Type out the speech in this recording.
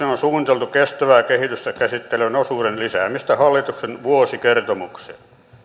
on suunniteltu kestävää kehitystä käsittelevän osuuden lisäämistä hallituksen vuosikertomukseen